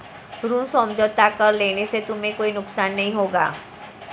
ऋण समझौता कर लेने से तुम्हें कोई नुकसान नहीं होगा